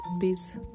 peace